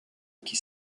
qui